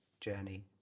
journey